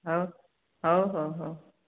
ହଉ ହଉ ହଉ ହଉ